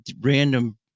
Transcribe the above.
random